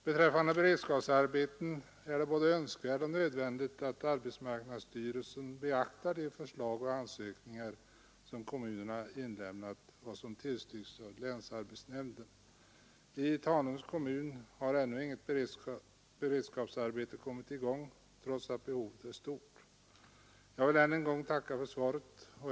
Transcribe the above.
Beträffande beredskapsarbeten är det både önskvärt och nödvändigt att arbetsmarknadsstyrelsen beaktar de förslag och ansökningar som kommunerna inlämnat och som tillstyrkts av länsarbetsnämnden. I Tanums kommun har ännu inget beredskapsarbete kommit i gång trots att behovet är stort. Jag vill än en gång tacka för svaret.